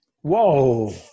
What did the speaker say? Whoa